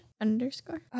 underscore